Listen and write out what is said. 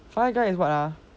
fire guy is what ah